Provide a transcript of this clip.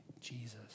Jesus